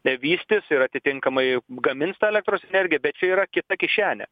vystis ir atitinkamai gamins tą elektros energiją bet čia yra kita kišenė